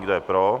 Kdo je pro?